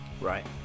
Right